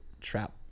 trap